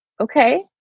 Okay